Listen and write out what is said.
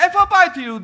איפה הבית היהודי?